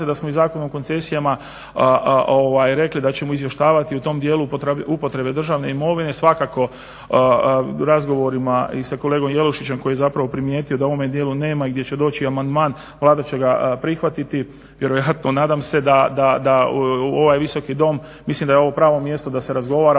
da smo i Zakonom o koncesijama rekli da ćemo izvještavati u tom dijelu upotrebe državne imovine. Svakako u razgovorima i sa kolegom Jelušićem koji je zapravo primijetio da u ovome dijelu nema i gdje će doći amandman Vlada će ga prihvatiti, vjerojatno. Nadam se da ovaj Visoki dom, da je ovo pravo mjesto da se razgovara